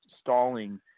stalling